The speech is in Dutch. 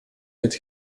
dit